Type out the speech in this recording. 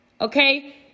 Okay